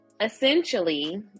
essentially